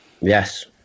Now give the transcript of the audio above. Yes